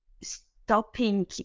stopping